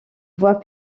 voie